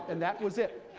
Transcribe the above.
and that was it.